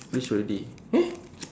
reach already eh